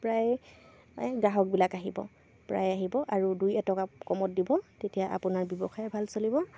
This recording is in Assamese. প্ৰায় গ্ৰাহকবিলাক আহিব প্ৰায়ে আহিব আৰু দুই এটকা কমত দিব তেতিয়া আপোনাৰ ব্যৱসায় ভাল চলিব